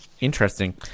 Interesting